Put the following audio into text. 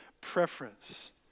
preference